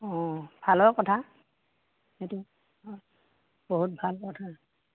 অ ভালৰ কথা সেইটো বহুত ভাল কথা